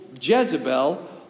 Jezebel